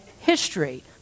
history